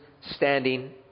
standing